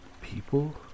people